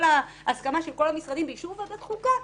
ההסכמה של כל המשרדים באישור ועדת חוקה,